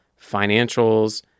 financials